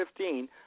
2015